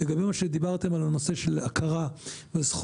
לגבי מה שדיברתם על הנושא של הכרה בזכות